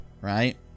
right